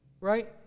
Right